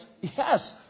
Yes